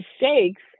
mistakes